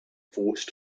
forced